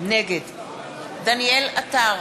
נגד דניאל עטר,